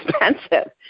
expensive